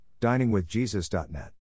diningwithjesus.net